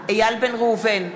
איל בן ראובן,